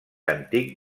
antic